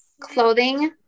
clothing